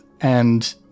and-